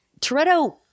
Toretto